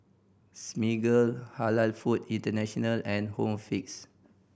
Smiggle Halal Food International and Home Fix